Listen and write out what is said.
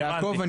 יעקב,